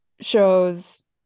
shows